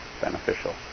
beneficial